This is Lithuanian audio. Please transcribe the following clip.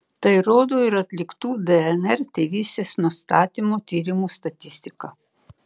tai rodo ir atliktų dnr tėvystės nustatymo tyrimų statistika